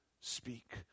speak